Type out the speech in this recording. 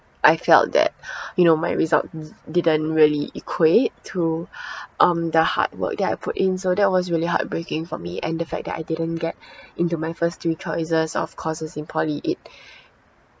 I felt that you know my results didn't really equate to um the hard work that I put in so that was really heartbreaking for me and the fact that I didn't get into my first three choices of courses in poly it